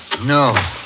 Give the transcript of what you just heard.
No